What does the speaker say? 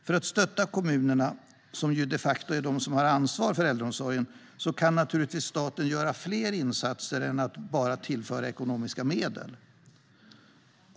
För att stötta kommunerna, som ju de facto är de som har ansvar för äldreomsorgen, kan staten naturligtvis göra fler insatser än att bara tillföra ekonomiska medel.